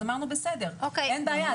אז אמרנו בסדר, אין בעיה.